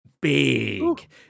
Big